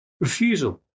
refusal